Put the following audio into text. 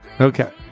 Okay